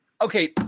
Okay